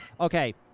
Okay